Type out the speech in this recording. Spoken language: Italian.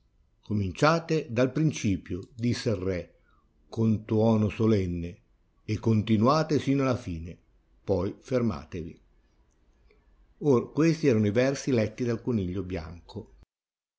cominciate dal principio disse il re con tuono solenne e continuate sino alla fine poi fermatevi or questi erano i versi letti dal coniglio bianco